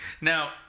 Now